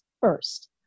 first